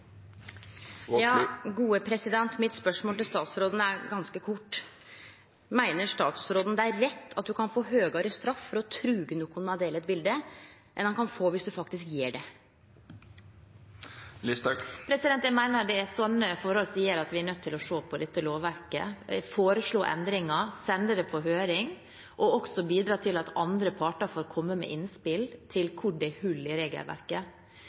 Mitt spørsmål til statsråden er ganske kort. Meiner statsråden det er rett at ein kan få høgare straff for å truge nokon med å dele eit bilete, enn ein kan få viss ein faktisk gjer det? Jeg mener det er slike forhold som gjør at vi er nødt til å se på dette lovverket, foreslå endringer og sende dem på høring, og også bidra til at andre parter får komme med innspill til hvor det er hull i regelverket.